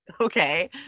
Okay